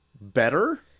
better